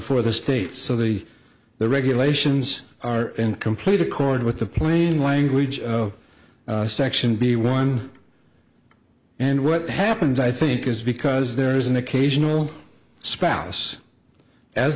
for the state so the the regulations are in complete accord with the plain language of section b one and what happens i think is because there is an occasional spouse as